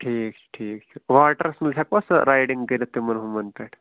ٹھیٖک چھُ ٹھیٖک چھُ واٹرس منٛز ہٮ۪کوا سَہ رایڈنٛگ کٔرِتھ تِمن ہُمن پٮ۪ٹھ